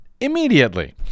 Immediately